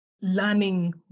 learning